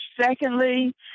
Secondly